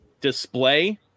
display